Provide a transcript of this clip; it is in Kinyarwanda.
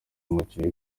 umukinnyi